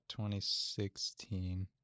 2016